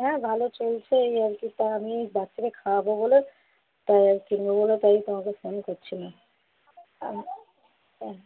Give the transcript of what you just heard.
হ্যাঁ ভালো চলছে এই আর কী তা আমি বাচ্চাকে খাওয়াবো বলে তা কিনবো বলে তাই তোমাকে ফোন করছিলাম